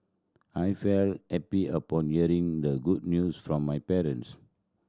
I felt happy upon hearing the good news from my parents